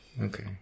okay